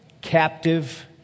captive